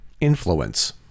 Influence